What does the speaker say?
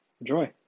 Enjoy